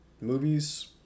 movies